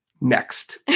Next